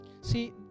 See